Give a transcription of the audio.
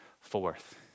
forth